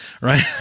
Right